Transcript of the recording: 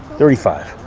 thirty five.